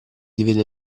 divide